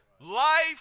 Life